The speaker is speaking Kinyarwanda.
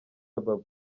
ababa